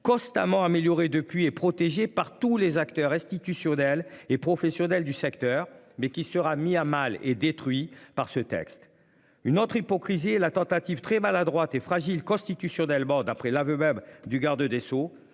Constamment amélioré depuis et protégé par tous les acteurs institutionnels et professionnels du secteur mais qui sera mis à mal et détruit par ce texte. Une autre hypocrisie la tentative très maladroite et fragile, constitutionnellement d'après l'aveu même du garde des Sceaux